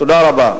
תודה רבה.